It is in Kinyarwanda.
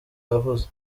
yavuze